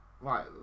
Right